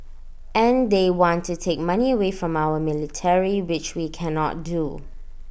and they want to take money away from our military which we cannot do